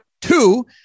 Two